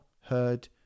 heard